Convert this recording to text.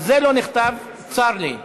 אז זה לא נכתב, צר לי.